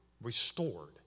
restored